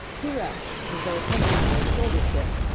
he rushed, as though attempting the old shoulder trick,